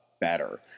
better